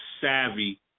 savvy